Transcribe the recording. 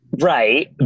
Right